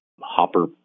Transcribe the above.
Hopper